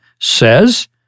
says